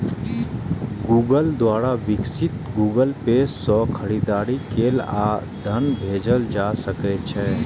Google द्वारा विकसित Google Pay सं खरीदारी कैल आ धन भेजल जा सकै छै